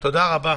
תודה רבה.